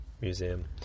Museum